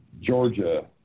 Georgia